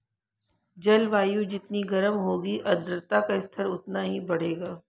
जलवायु जितनी गर्म होगी आर्द्रता का स्तर उतना ही बढ़ेगा